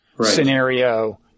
scenario